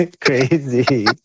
Crazy